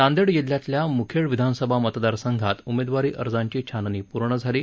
नांदेड जिल्ह्यातल्या मुखेड विधानसभा मतदार संघात उमेदवारी अर्जाची छाननी पुर्ण झाली आहे